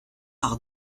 par